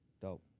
Dope